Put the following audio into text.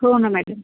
हो ना मॅडम